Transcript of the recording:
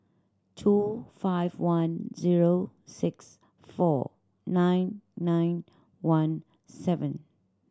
two five one zero six four nine nine one seven